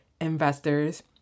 investors